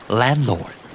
landlord